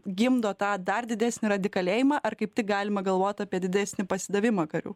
gimdo tą dar didesnį radikalėjimą ar kaip tik galima galvot apie didesnį pasidavimą karių